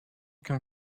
can